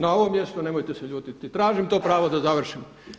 Na ovom mjestu, nemojte se ljutiti, tražim to pravo da završim.